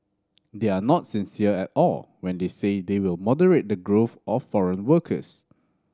they are not sincere at all when they say they will moderate the growth of foreign workers